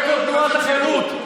זכר תנועת החירות.